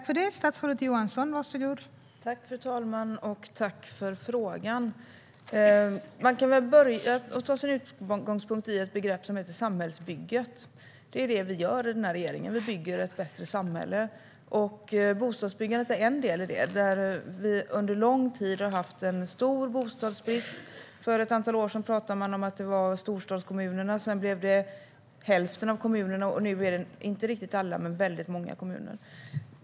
Fru talman! Jag tackar för frågan. Man kan börja med att ta sin utgångspunkt i begreppet samhällsbygget. Det är det vi gör i den här regeringen: Vi bygger ett bättre samhälle. Bostadsbyggandet är en del i detta. Vi har under lång tid haft en stor bostadsbrist. För ett antal år sedan pratade man om att det var bostadsbrist i storstadskommunerna, sedan blev det i hälften av kommunerna och nu är det inte riktigt i alla men i väldigt många kommuner.